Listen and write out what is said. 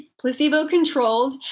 placebo-controlled